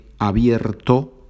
abierto